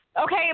Okay